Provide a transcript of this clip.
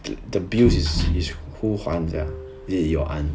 the the bills is is who 还 sia is it your aunt